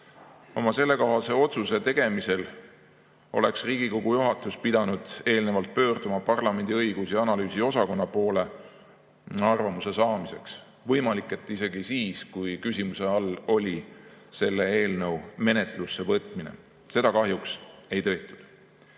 Oma sellekohase otsuse tegemisel oleks Riigikogu juhatus pidanud eelnevalt pöörduma parlamendi õigus‑ ja analüüsiosakonna poole arvamuse saamiseks. Võimalik, et isegi siis, kui küsimuse all oli selle eelnõu menetlusse võtmine. Seda kahjuks ei tehtud. Kuigi